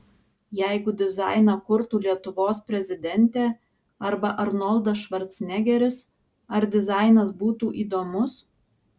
jeigu dizainą kurtų lietuvos prezidentė arba arnoldas švarcnegeris ar dizainas būtų įdomus